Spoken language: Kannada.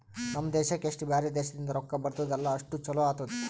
ನಮ್ ದೇಶಕ್ಕೆ ಎಸ್ಟ್ ಬ್ಯಾರೆ ದೇಶದಿಂದ್ ರೊಕ್ಕಾ ಬರ್ತುದ್ ಅಲ್ಲಾ ಅಷ್ಟು ಛಲೋ ಆತ್ತುದ್